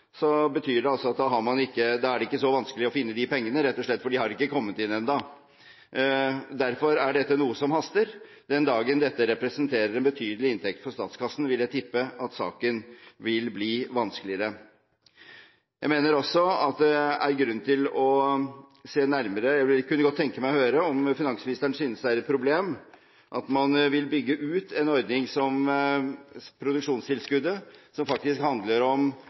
er det ikke så vanskelig å finne de pengene, rett og slett fordi de ikke har kommet inn ennå. Derfor er dette noe som haster. Den dagen dette representerer en betydelig inntekt for statskassen, vil jeg tippe at saken blir vanskeligere. Jeg kunne godt tenke meg å høre om finansministeren synes det er et problem at man vil bygge ut en ordning som produksjonstilskuddet, som handler om